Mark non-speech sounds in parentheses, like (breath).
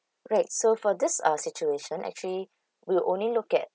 right so for this uh situations actually (breath) we only look at